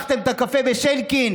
פתחתם את הקפה בשינקין,